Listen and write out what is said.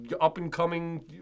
up-and-coming